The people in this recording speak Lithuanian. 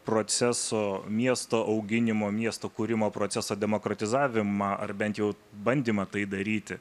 proceso miesto auginimo miesto kūrimo proceso demokratizavimą ar bent jau bandymą tai daryti